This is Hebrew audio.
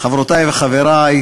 חברותי וחברי,